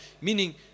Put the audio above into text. meaning